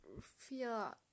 feel